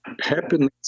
happiness